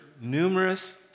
numerous